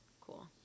cool